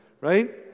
right